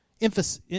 emphasis